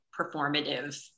performative